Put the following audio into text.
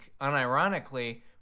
unironically